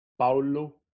Paulo